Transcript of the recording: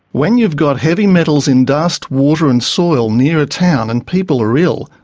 when you've got heavy metals in dust, water and soil near a town and people are ill,